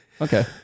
okay